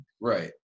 Right